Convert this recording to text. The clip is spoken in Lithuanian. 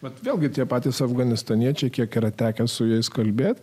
bet vėlgi tie patys afganistaniečiai kiek yra tekę su jais kalbėti